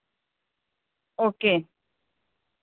okay